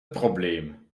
probleem